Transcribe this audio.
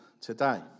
today